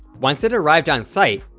once it arrived on site,